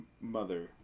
mother